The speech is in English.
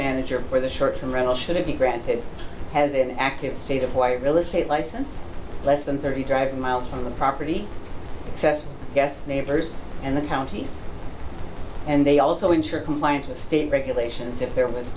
manager for the short term rental should it be granted has an active stated quite realistic license less than thirty driving miles from the property says yes neighbors and the county and they also ensure compliance with state regulations if there was